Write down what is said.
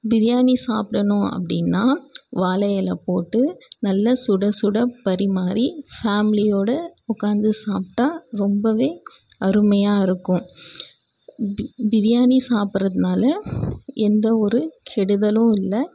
பிரியாணி சாப்பிடணும் அப்படின்னா வாழை எலை போட்டு நல்லா சுடச்சுட பரிமாறி ஃபேமிலியோடு உட்காந்து சாப்பிட்டா ரொம்பவே அருமையாக இருக்கும் பி பிரியாணி சாப்பிட்றதுனால எந்த ஒரு கெடுதலும் இல்லை